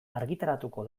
argitaratuko